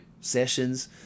sessions